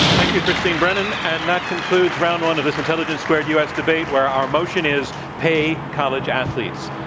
thank you, christine brennan. and that concludes round one of this intelligence squared u. s. debate, where our motion is pay college athletes.